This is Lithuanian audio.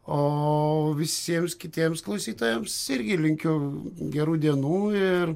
o visiems kitiems klausytojams irgi linkiu gerų dienų ir